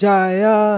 Jaya